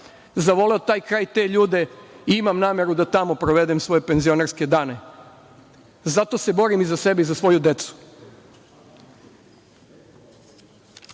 zavole taj kraj, te ljude i imam nameru da tamo provedem svoje penzionerske dane. Zato se borim i za sebe i za svoju decu. Neću